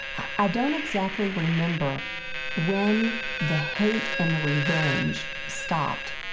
i don't exactly remember when the hate and the revenge stopped